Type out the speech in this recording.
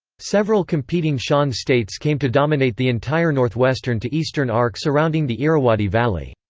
several competing shan states came to dominate the entire northwestern to eastern arc surrounding the irrawaddy valley.